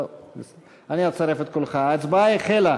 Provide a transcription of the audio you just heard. ההצבעה החלה,